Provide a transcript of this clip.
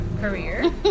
career